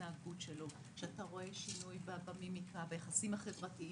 כשאתה רואה שינוי בהתנהגות שלו,